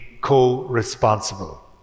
co-responsible